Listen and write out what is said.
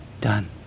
done